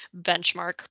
benchmark